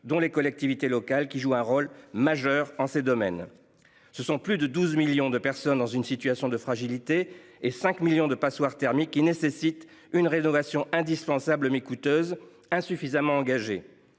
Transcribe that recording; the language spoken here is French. dont les collectivités locales qui joue un rôle majeur en ces domaines, ce sont plus de 12 millions de personnes dans une situation de fragilité et 5 millions de passoires thermiques qui nécessitent une rénovation indispensable mais coûteuse insuffisamment engagée